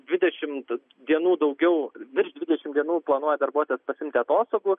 dvidešimt dienų daugiau virš dvidešimt dienų planuoja darbuotojai pasiimti atostogų